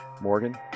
morgan